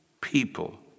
people